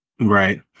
Right